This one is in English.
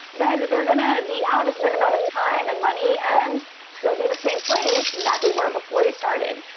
then they're going to be out a certain amount of time and money, and still be in the same place that they were before they started.